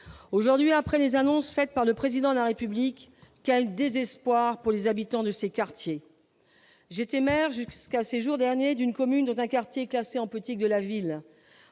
aujourd'hui, après les annonces faites par le président de la République, quel désespoir pour les habitants de ces quartiers j'été maire jusqu'à ces jours derniers d'une commune, un quartier classé en petite de la ville,